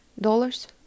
dollars